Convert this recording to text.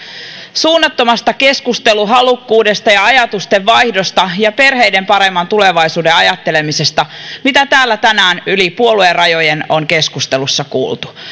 suunnattomasta keskusteluhalukkuudesta ja ajatustenvaihdosta ja perheiden paremman tulevaisuuden ajattelemisesta mitä täällä tänään yli puoluerajojen on keskustelussa kuultu